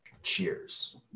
Cheers